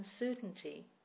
uncertainty